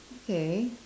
okay